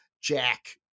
jack